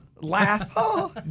Laugh